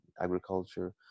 agriculture